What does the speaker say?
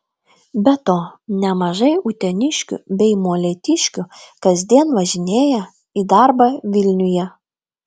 be to nemažai uteniškių bei molėtiškių kasdien važinėja į darbą vilniuje